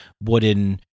wooden